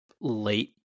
late